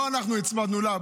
לא אנחנו הצמדנו לה,